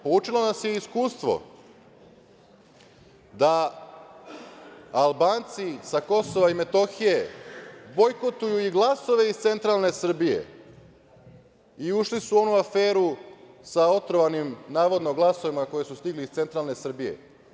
Poučilo nas je iskustvo da Albanci sa Kosova i Metohije bojkotuju i glasove iz centralne Srbije i ušli su u onu aferu sa otrovanim, navodno, glasovima koji su stigli iz centralne Srbije.